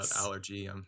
allergy